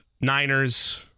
Niners